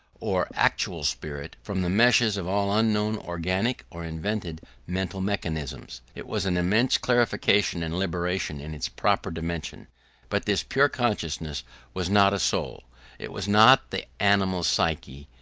or actual spirit, from the meshes of all unknown organic or invented mental mechanisms. it was an immense clarification and liberation in its proper dimension but this pure consciousness was not a soul it was not the animal psyche,